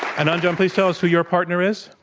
and anjan, please tell us who your partner is.